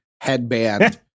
headband